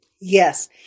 Yes